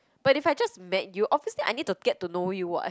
but if I just met you obviously I need to get to know you [what]